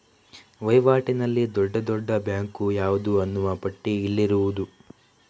ವೈವಾಟಿನಲ್ಲಿ ದೊಡ್ಡ ದೊಡ್ಡ ಬ್ಯಾಂಕು ಯಾವುದು ಅನ್ನುವ ಪಟ್ಟಿ ಇಲ್ಲಿರುವುದು